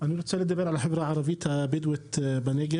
ואני רוצה לדבר על החברה הערבית הבדואית בנגב,